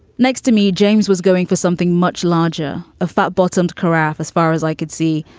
next to me, james was going for something much larger. a fat bottomed carafe as far as i could see.